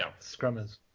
scrummers